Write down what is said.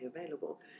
available